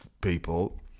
people